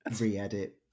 re-edit